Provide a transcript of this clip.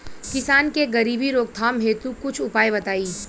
किसान के गरीबी रोकथाम हेतु कुछ उपाय बताई?